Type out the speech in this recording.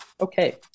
Okay